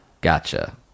gotcha